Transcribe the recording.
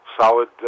solid